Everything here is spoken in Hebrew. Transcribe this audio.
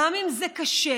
גם אם זה קשה,